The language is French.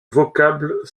vocable